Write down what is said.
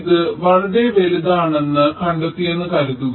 ഇത് വളരെ വലുതാണെന്ന് കണ്ടെത്തിയെന്ന് കരുതുക